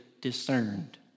discerned